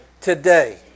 today